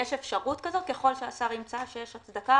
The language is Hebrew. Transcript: יש אפשרות כזאת ככל שהשר ימצא שיש הצדקה,